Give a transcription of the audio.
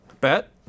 bet